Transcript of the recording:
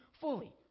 fully